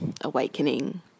awakening